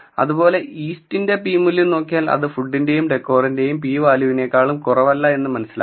അതുപോലെ ഈസ്റ്റിന്റെ പി മൂല്യം നോക്കിയാൽ അത് ഫുഡിന്റെയും ഡെക്കറിന്റെയും പി വാല്യൂവിനേക്കാളും കുറവല്ല എന്ന് മനസ്സിലാക്കാം